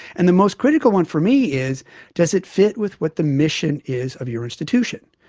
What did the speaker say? and the most critical one for me is does it fit with what the mission is of your institution.